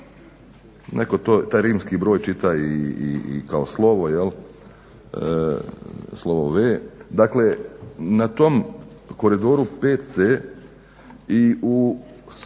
netko taj rimski broj čita i kao slovo, jel slovo v dakle na tom koridoru 5 c, i u suton